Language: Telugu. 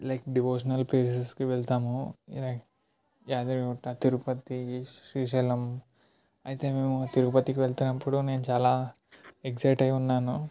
లైక్ డివోషనల్ ప్లేసస్కి వెళ్తాము లైక్ యాదగిరిగుట్ట తిరుపతి శ్రీశైలం అయితే మేము తిరుపతికి వెళ్తున్నప్పుడు నేను చాలా ఎక్జయిట్ అయ్యున్నాను